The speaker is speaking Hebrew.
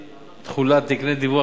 (אי-תחולת תקני דיווח